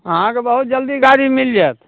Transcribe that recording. अहाँके बहुत जल्दी गाड़ी मिल जाएत